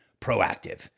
proactive